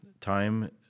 time